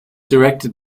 directed